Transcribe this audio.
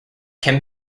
can